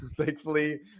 thankfully